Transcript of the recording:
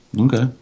Okay